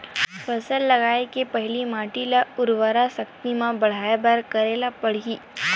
फसल लगाय के पहिली माटी के उरवरा शक्ति ल बढ़ाय बर का करेला पढ़ही?